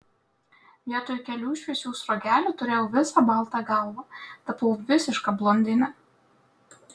vietoj kelių šviesių sruogelių turėjau visą baltą galvą tapau visiška blondine